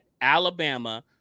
Alabama